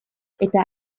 eta